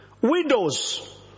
widows